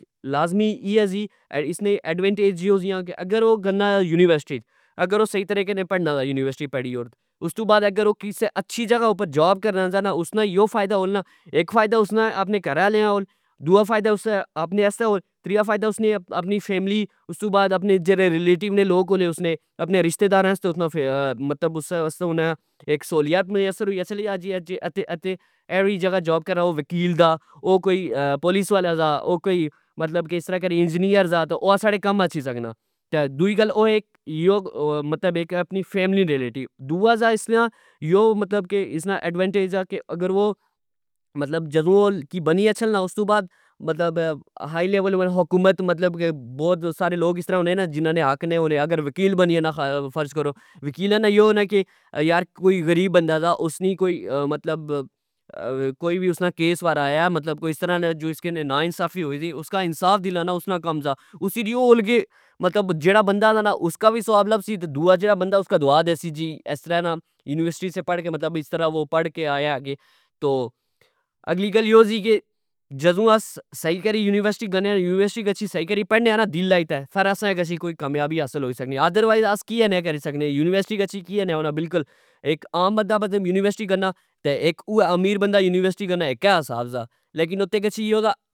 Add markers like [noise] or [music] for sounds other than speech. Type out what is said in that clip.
لاظمی ای اہہ سی اسنیا ایڈوینٹیج یو سیاں اگر او گنا آ یونیورسٹی اچ اگر او سہی چریقے نال پڑنا سا, یونیورسٹی پڑی یور استو بعد او اگر کسہ اچھی جگہ ار جاب کرنا سا نا اس نا یو فائدا ہونا اک فائدا اسنا اپنے کرہ آلیا اول دؤا فائدا اسنا آپنے آستہ تریا فائدا اسنا آپنی فیملی استو بعد اپنے جیڑے ریلیٹو نے لوک ہونے اسنے اپنے رشدہداراں استے اسنا مطلب, [hesitation] اک سہولیات میسر ہوئی گچھنی. اتھہ جگہ جاب کرن دا او وکیل دا او کوئی پولیس والا سا او کوئی انجینئیر او ساڑے کم اچھی سکنا تہ دؤئی گل اے کہ او اپنی فیملی نے لیٹی دؤا سا اسنا یو مطلب ایونٹیج آ کہ اگر او بنی گچھن نا استو بعد مطلب ہائی لیول اپر خکومت, مطلب بوت سارے لوک اس طرع نے ہونے نا جنا نے حق ہونا جس رہ وکیل بنی گچھنا ,وکیلا نا اے ہونے نا یار کوئی غریب بندا سا اسنی کوئی مطلب [hesitation] ,اسنا کوئی کیس وغیرا آیا ,مطلب اس طرع نا نا انسافی ہوئی سی اسنا انصاف دلانا اسنا کم سا اسی اول گے مطلب جیڑا بندا دا نا اسکا وی سواب لبسی دوا بندا اسکی دعا دیسی جی ایسطرع نا یونیوسرٹی سے پڑ کہ اسطرو او پڑھ کہ آیا اگے تو اگلی گل یو سی کہ جدو آس سہی کری یونیورٹی گنے, آ سہی کری پڑنے آ نا دل لائی تہ تا اسا کی کوئی کامیابی حاصل ہوئی سکنی ادا رائزآس کیا نے کری سکنے یونیورسٹی گطھی کیا نے ہونا اک عام بندا مطلب یوننورسٹی گناتہ اک اوہ امیر بندا یونیورسٹی گنا اوہہ اکہ حساب سا لیکن اتھہ گچھی یو دا